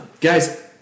Guys